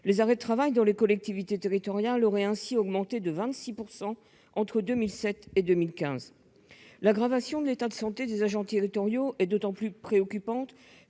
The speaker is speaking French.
Les arrêts de travail dans les collectivités territoriales auraient ainsi augmenté de 26 % entre 2007 et 2015. L'aggravation de l'état de santé des agents territoriaux est d'autant plus préoccupante